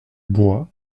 bois